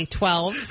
twelve